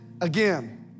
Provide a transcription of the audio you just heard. again